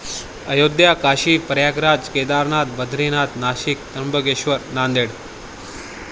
Ayodhya Kashi Prayagraj Kedarnath Badrinath Nashik Trimbakeshwar Nanded